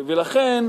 ולכן,